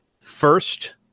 first